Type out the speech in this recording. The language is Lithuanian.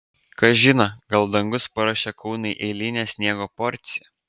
kas žino gal dangus paruošė kaunui eilinę sniego porciją